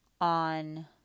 on